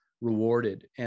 rewarded